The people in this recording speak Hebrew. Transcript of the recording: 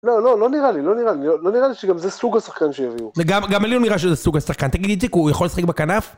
לא, לא, לא נראה לי, לא נראה לי, לא נראה לי שגם זה סוג השחקן שיביאו. גם לי לא נראה שזה סוג השחקן, תגידי את זה, כי הוא יכול לשחק בכנף?